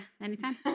anytime